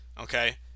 Okay